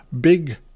big